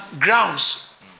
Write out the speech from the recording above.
grounds